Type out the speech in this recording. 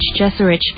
Jesserich